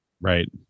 right